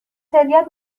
هدیهات